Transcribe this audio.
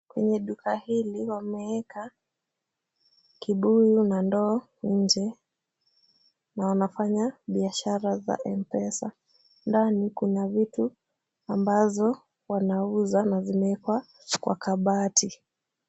Kwenye duka hili wameweka. Kibuyu na ndoo nje, na wanafanya biashara za M-Pesa. Ndani kuna vitu ambazo wanauza na zimekwa kwa kabati.